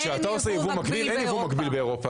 אין ייבוא מגביל באירופה.